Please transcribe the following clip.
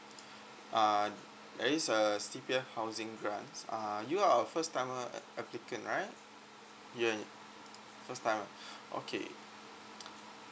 uh there is a C_P_F housing grants uh you are a first timer applicant right you and first timer okay